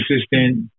assistant